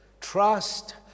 trust